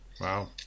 wow